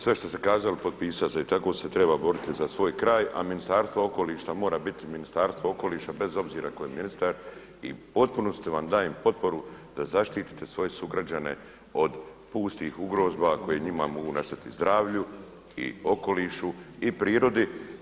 Sve što ste kazali potpisao … i tako se treba boriti za svoj kraj, a Ministarstvo okoliša mora biti Ministarstvo okoliša bez obzira tko je ministar i u potpunosti vam dajem potporu da zaštite svoje sugrađane od pustih ugroza koje njima mogu nastati zdravlju i okolišu i prirodi.